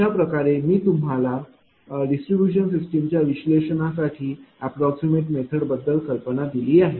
अशाप्रकारे मी तुम्हाला डिस्ट्रीब्यूशन सिस्टीम च्या विश्लेषणासाठी अप्राक्समैट मेथड बद्दल कल्पना दिली आहे